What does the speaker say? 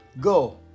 Go